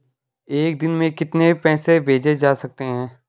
एक दिन में कितने पैसे भेजे जा सकते हैं?